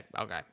okay